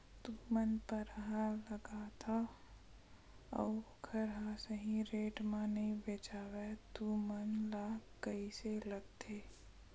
तू मन परहा लगाथव अउ ओखर हा सही रेट मा नई बेचवाए तू मन ला कइसे लगथे?